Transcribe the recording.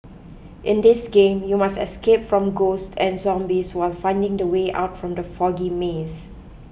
in this game you must escape from ghosts and zombies while finding the way out from the foggy maze